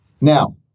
Now